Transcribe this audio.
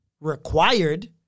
required